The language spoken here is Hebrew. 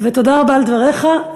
ותודה רבה על דבריך.